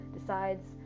decides